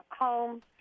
home